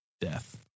death